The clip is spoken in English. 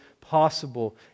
possible